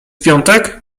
piątek